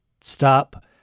stop